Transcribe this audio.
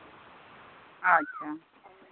ᱟᱪᱪᱷᱟ